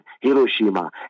Hiroshima